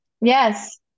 yes